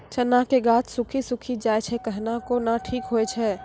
चना के गाछ सुखी सुखी जाए छै कहना को ना ठीक हो छै?